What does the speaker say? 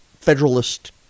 federalist